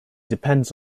depends